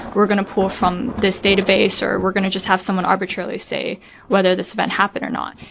we're going to pull from this database or we're going to just have someone arbitrarily say whether this event happened or not.